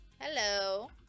Hello